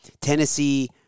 Tennessee